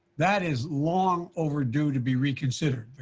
that is long overdue to be reconsidered.